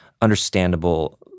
understandable